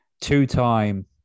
two-time